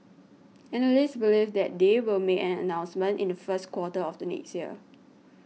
analysts believe that they will make an announcement in the first quarter of the next year